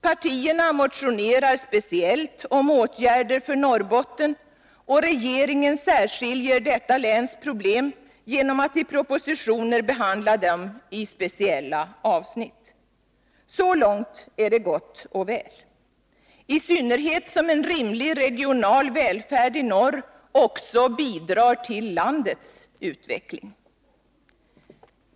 Partierna motionerar speciellt om åtgärder för Norrbotten, och regeringen skiljer ut detta läns problem genom att i propositioner behandla dem i speciella avsnitt. Så långt är det gott och väl. I synnerhet som en rimlig regional välfärd i norr också bidrar till landets utveckling.